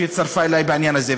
שהצטרפה אלי בעניין הזה,